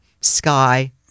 sky